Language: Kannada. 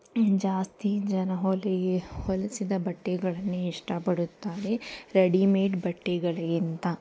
ಜಾಸ್ತಿ ಜನ ಹೊಲಿಗೆ ಹೊಲಿಸಿದ ಬಟ್ಟೆಗಳನ್ನೇ ಇಷ್ಟಪಡುತ್ತಾರೆ ರೆಡಿಮೇಡ್ ಬಟ್ಟೆಗಳಿಗಿಂತ